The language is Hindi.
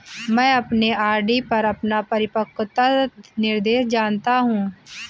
मैं अपने आर.डी पर अपना परिपक्वता निर्देश जानना चाहता हूं